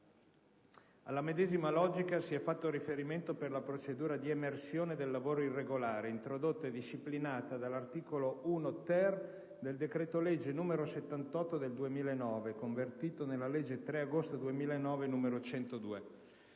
Alla medesima logica si è fatto riferimento per la procedura di emersione dal lavoro irregolare introdotta e disciplinata dall'articolo 1*-ter* del decreto-legge n. 78 del 2009, convertito nella legge 3 agosto 2009, n. 102.